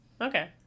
Okay